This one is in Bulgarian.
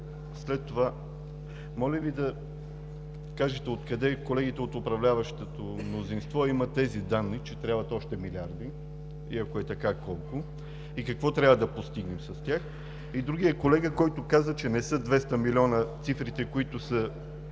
след това, моля Ви да кажете откъде, колегите от управляващото мнозинство имат тези данни, че трябват още милиарди и ако е така – колко, и какво трябва да постигнем с тях? Другият колега, който каза, че не са 200 милиона цифрите, които са